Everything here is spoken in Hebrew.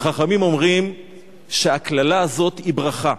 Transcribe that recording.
וחכמים אומרים שהקללה הזאת היא ברכה,